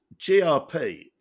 GRP